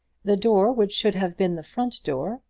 the door which should have been the front door,